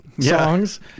songs